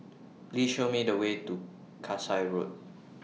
Please Show Me The Way to Kasai Road